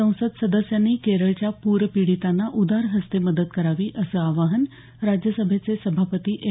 संसद सदस्यांनी केरळच्या पूरपीडितांना उदारहस्ते मदत करावी असं आवाहन राज्यसभेचे सभापती एम